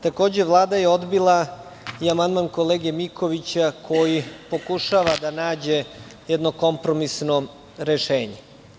Takođe, Vlada je odbila i amandman kolege Mikovića, koji pokušava da nađe jedno kompromisno rešenje.